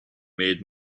made